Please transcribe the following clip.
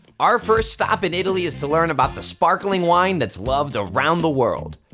our first stop in italy is to learn about the sparkling wine that's loved around the world,